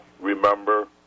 remember